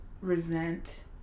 resent